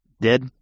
dead